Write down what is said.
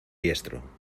diestro